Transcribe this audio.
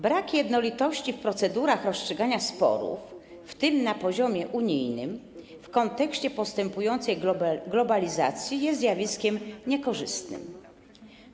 Brak jednolitości procedur rozstrzygania sporów, w tym na poziomie unijnym, w kontekście postępującej globalizacji jest zjawiskiem niekorzystnym.